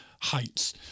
heights